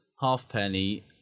Halfpenny